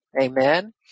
Amen